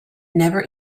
never